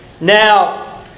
Now